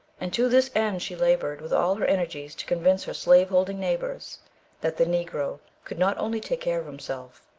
and to this end she laboured with all her energies to convince her slaveholding neighbours that the negro could not only take care of himself,